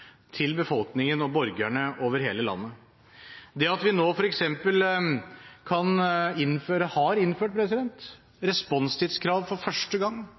til befolkningen og borgerne over hele landet – f.eks. det at vi nå har innført responstidskrav for første gang.